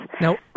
Now